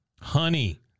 Honey